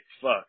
fuck